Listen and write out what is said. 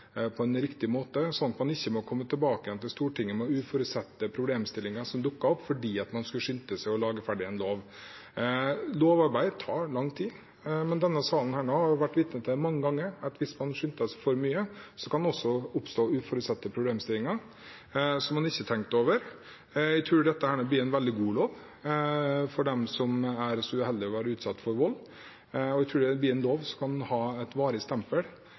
på en riktig måte, slik at man ikke må komme tilbake til Stortinget med uforutsette problemstillinger som dukket opp fordi man skulle skynde seg og lage ferdig en lov. Lovarbeid tar lang tid, og denne salen har jo mange ganger vært vitne til at hvis man skynder seg for mye, kan det oppstå uforutsette problemstillinger som man ikke tenkte over. Jeg tror dette kommer til å bli en veldig god lov for dem som er så uheldige å være utsatt for vold, og jeg tror det blir en lov som kan ha et varig stempel,